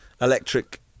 electric